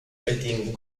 editing